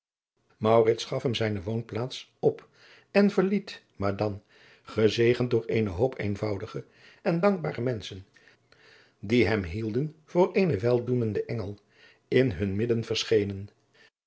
gaf hem zijne woonplaats op en verliet madane gezegend door eenen hoop eenvoudige en dankbare menschen die hem hielden voor eenen weldoenden engel in hun midden verschenen